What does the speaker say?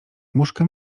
muszka